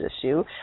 issue